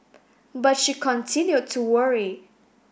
but she continued to worry